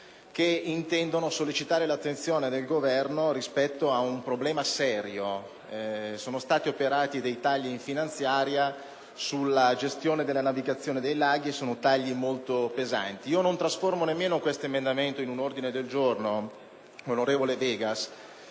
che intendono sollecitare l'attenzione del Governo su un problema serio. Sono stati operati tagli molto pesanti in finanziaria sulla gestione della navigazione dei laghi. Non trasformo nemmeno questo emendamento in un ordine del giorno, onorevole Vegas